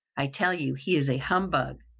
i tell you he is a humbug,